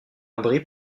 abri